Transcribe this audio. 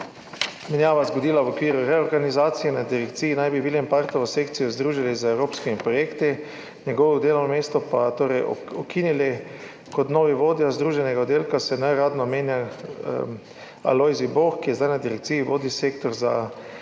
menjava zgodila v okviru reorganizacije. Na direkciji naj bi Willenpartovo sekcijo združili z evropskimi projekti, njegovo delovno mesto pa ukinili. Kot novi vodja združenega oddelka se neuradno omenja Alojzij Boh, ki zdaj na direkciji vodi sektor za